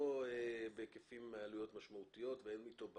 בעלויות בהיקף משמעותי ואין אתו בעיה,